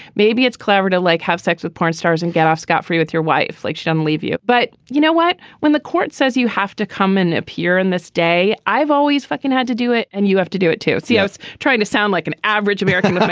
maybe it's clever to like have sex with porn stars and get off scot free with your wife like on leave you. but you know what. when the court says you have to come and appear in this day i've always fucking had to do it. and you have to do it to see how ah it's trying to sound like an average american.